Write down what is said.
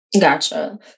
Gotcha